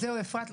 אפרת,